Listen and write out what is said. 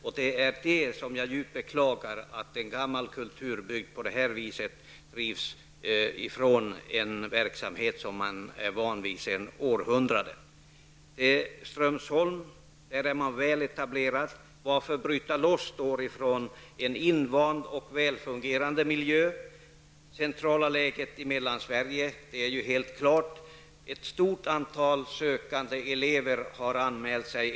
Jag beklagar djupt att man från en gammal kulturbygd på detta sätt driver bort en verksamhet som man är van vid sedan århundraden. Strömsholm är väl etablerat. Varför skall man bryta loss verksamheten från en invand och väl fungerande miljö? Strömsholm har också ett central läge i Mellansverige. Ett stort antal sökande har anmält sig.